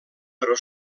però